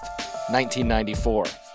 1994